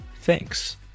Thanks